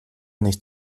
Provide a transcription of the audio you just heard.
nicht